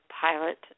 pilot